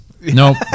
Nope